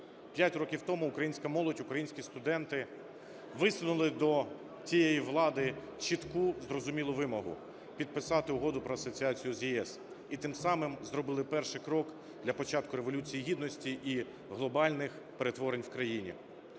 5 років тому українська молодь, українські студенти висунули до цієї влади чітку, зрозумілу вимогу: підписати Угоду про асоціацію з ЄС. І тим самим зробили перший крок для початку Революції Гідності і глобальних перетворень в країні.